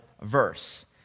verse